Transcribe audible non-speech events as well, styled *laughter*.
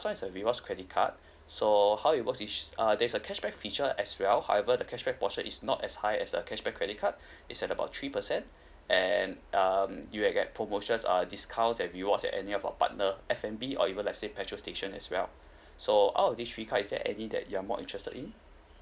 one is a rewards credit card so how it works is err there's a cashback feature as well however the cash back portion is not as high as a cashback credit card *breath* it's at about three percent and um you will get promotions err discount and rewards at any of our partner F&B or even let say petrol station as well so out of this three cards is there any that you are more interested in